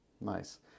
Nice